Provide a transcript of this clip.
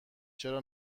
چرا